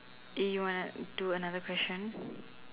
eh you wanna do another question